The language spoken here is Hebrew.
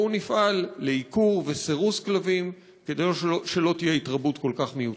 בואו נפעל לעיקור וסירוס כלבים כדי שלא תהיה התרבות כל כך מיותרת.